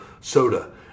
soda